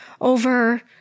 over